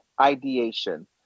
ideation